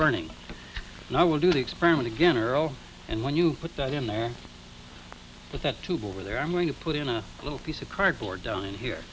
burning and i will do the experiment again earl and when you put that in there but that tube over there i'm going to put in a little piece of cardboard done here